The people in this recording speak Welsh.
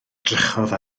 edrychodd